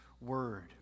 Word